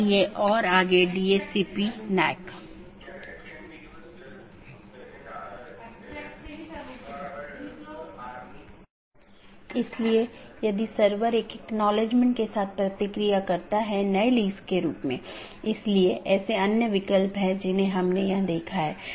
इसलिए मैं AS के भीतर अलग अलग तरह की चीजें रख सकता हूं जिसे हम AS का एक कॉन्फ़िगरेशन कहते हैं